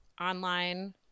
online